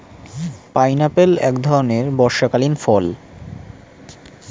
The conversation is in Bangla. পাইনাপেল এক ধরণের বর্ষাকালীন ফল